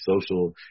social